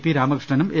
P രാമകൃഷ്ണനും A